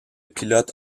pilote